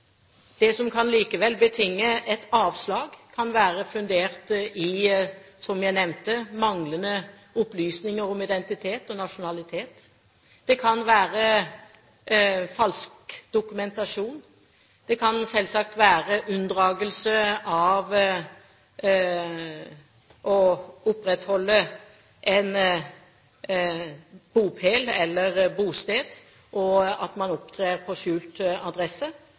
det som kan betinge et avslag, kan være fundert i, som jeg nevnte, manglende opplysninger om identitet og nasjonalitet. Det kan være falsk dokumentasjon. Det kan også være unndragelse av å opprettholde en bopel eller et bosted og at man opptrer på skjult adresse.